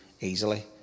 easily